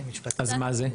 אז מה זה?